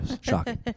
Shocking